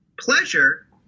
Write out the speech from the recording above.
Pleasure